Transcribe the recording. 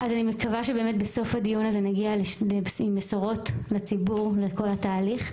אני מקווה שבאמת בסוף הדיון הזה נגיע עם בשורות לציבור על כל התהליך.